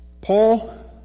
Paul